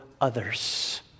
others